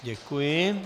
Děkuji.